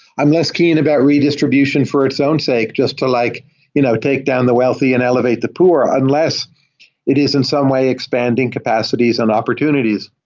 i'm less keen about redistribution for its own sake, just to like you know take down the wealthy and elevate the poor, unless it is in some way expanding capacities and opportunities.